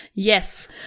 Yes